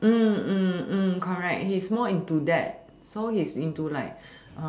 mm mm correct he's more into that so he's into like